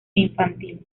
infantil